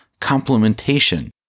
complementation